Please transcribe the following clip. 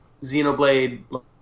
xenoblade